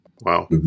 wow